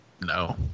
No